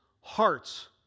hearts